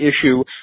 issue